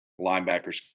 linebackers